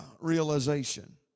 realization